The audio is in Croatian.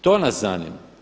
To nas zanima.